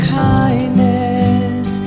kindness